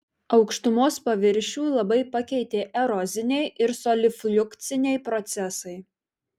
aukštumos paviršių labai pakeitė eroziniai ir solifliukciniai procesai